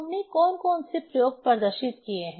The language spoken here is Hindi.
हमने कौन कौन से प्रयोग प्रदर्शित किए हैं